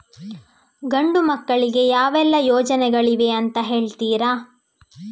ಗಂಡು ಮಕ್ಕಳಿಗೆ ಯಾವೆಲ್ಲಾ ಯೋಜನೆಗಳಿವೆ ಅಂತ ಹೇಳ್ತೀರಾ?